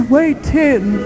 waiting